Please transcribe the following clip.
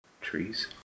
Trees